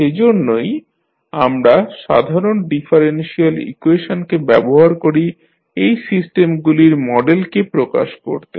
সেজন্যই আমরা সাধারণ ডিফারেনশিয়াল ইকুয়েশনকে ব্যবহার করি এই সিস্টেমগুলির মডেলকে প্রকাশ করতে